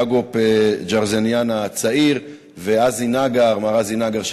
האגופ ג'רנזיאן הצעיר ומר עזי נגר,